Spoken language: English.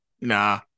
nah